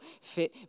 fit